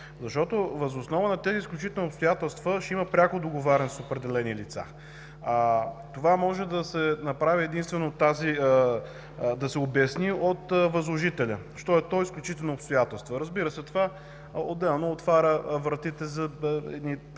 защото въз основа на тези изключителни обстоятелства ще има пряко договаряне с определени лица. Може да се обясни единствено от възложителя що е то „изключителни обстоятелства”. Разбира се, това отделно отваря вратите за едни